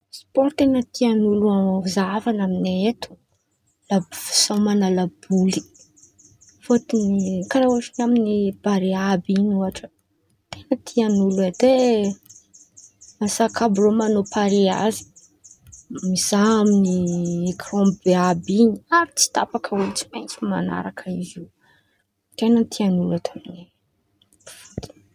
Spaoro ten̈a tian̈'olo zahavan̈ana amin̈ay eto labo- fisôman̈ana laboly fôtony karàha ôhatra taminy barea àby in̈y ôhatra, ten̈a tian̈'olo eto e masaky àby reo man̈ao pareazy mizaha aminy ekran be àby in̈y. Ary tsy tapaka olo tsy maintsy man̈araka izy io, ten̈a tian̈'olo eto amin̈ay eto.